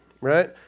right